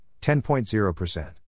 10.0%